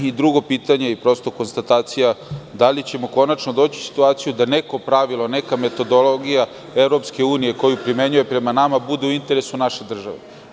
Drugo pitanje i prosto konstatacija – da li ćemo konačno doći u situaciju da neko pravilo, neka metodologija EU koju primenjuje prema nama bude u interesu naše države?